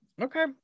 okay